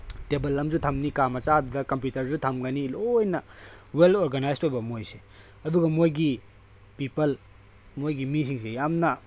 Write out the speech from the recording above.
table ꯑꯃꯁꯨ ꯊꯝꯅꯤ ꯀꯥ ꯃꯆꯥꯗꯨꯗ ꯀꯝꯄꯨꯇꯔꯁꯨ ꯊꯝꯅꯤ ꯂꯣꯏꯅ ꯋꯦꯜ ꯑꯣꯔꯒꯦꯅꯥꯏꯖ ꯑꯣꯏꯕ ꯃꯣꯏꯁꯦ ꯑꯗꯨꯒ ꯃꯣꯏꯒꯤ ꯄꯤꯄꯜ ꯃꯣꯏꯒꯤ ꯃꯤ ꯁꯤꯡꯁꯤ ꯌꯥꯝꯅ